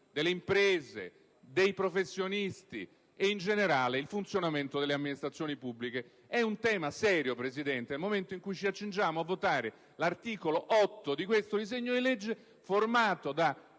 delle imprese, dei professionisti e in generale il funzionamento delle amministrazioni pubbliche. È un tema serio, signora Presidente, nel momento in cui ci accingiamo a votare l'articolo 8 di questo disegno di legge, formato da